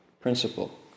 principle